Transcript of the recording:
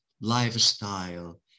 lifestyle